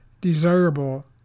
desirable